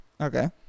Okay